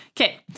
Okay